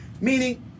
meaning